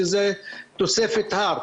שזה תוספת הר.